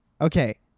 Okay